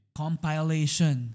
compilation